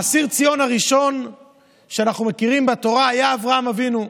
אסיר ציון הראשון שאנחנו מכירים בתורה היה אברהם אבינו,